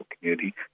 community